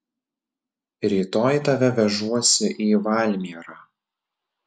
rytoj tave vežuosi į valmierą